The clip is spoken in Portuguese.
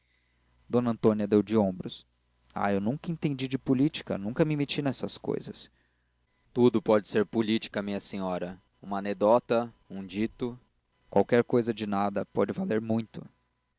d antônia deu de ombros ah eu nunca entendi de política nunca me meti nessas cousas tudo pode ser política minha senhora uma anedota um dito qualquer cousa de nada pode valer muito